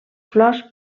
flors